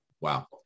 Wow